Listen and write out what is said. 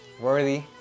worthy